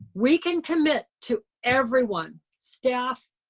we can commit to everyone, staff,